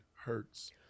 Hurts